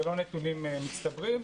זה לא נתונים מצטברים,